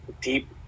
deep